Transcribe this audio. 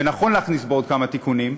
ונכון להכניס בו עוד כמה תיקונים,